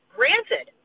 Granted